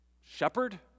shepherd